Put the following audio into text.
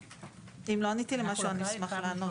אם לא עניתי על משהו, אני אשמח לענות.